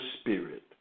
Spirit